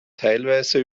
teilweise